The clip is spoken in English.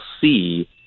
see